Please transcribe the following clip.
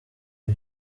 uyu